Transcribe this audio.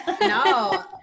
No